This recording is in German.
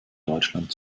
deutschland